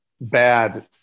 bad